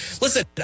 Listen